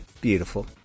beautiful